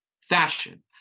fashion